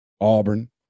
Auburn